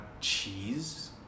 cheese